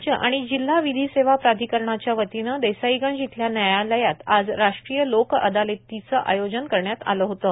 राज्य आणि जिल्हा विधी सेवा प्राधिकरणाच्या वतीनं देसाईगंज इथल्या न्यायालयात आज राष्ट्रीय लोक अदालतीचं आयोजन करण्यात आलं होतं